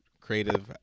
creative